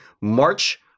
March